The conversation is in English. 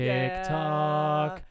TikTok